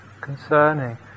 concerning